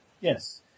Yes